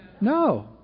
No